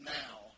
now